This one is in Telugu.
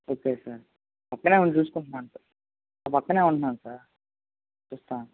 ఓకే సార్ పక్కనే మేము చూసుకుంటాను సార్ పక్కనే ఉన్నాను సార్ చూస్తాను